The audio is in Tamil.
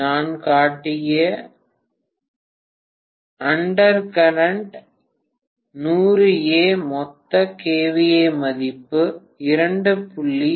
நான் காட்டிய அண்டர்கரண்ட் 100 A மொத்த KVA மதிப்பு 2